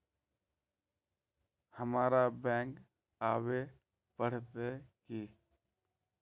हमरा बैंक आवे पड़ते की?